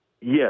Yes